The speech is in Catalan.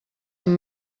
amb